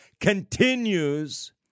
continues